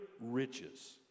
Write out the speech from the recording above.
riches